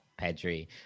pedri